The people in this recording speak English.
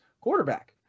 quarterback